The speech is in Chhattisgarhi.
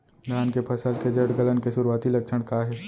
धान के फसल के जड़ गलन के शुरुआती लक्षण का हे?